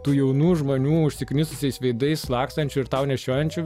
tų jaunų žmonių užsiknisusiais veidais lakstančių ir tau nešiojančių